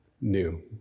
new